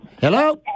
Hello